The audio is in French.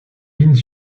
mines